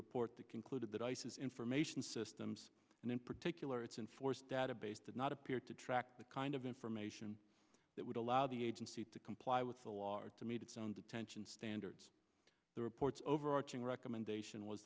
report that concluded that isis information systems and in particular its in force database did not appear to track the kind of information that would allow the agency to comply with the law or to meet its own detention standards the reports overarching recommendation was